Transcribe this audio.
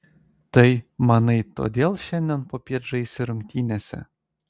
tai manai todėl šiandien popiet žaisi rungtynėse